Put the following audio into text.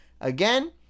Again